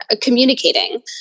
communicating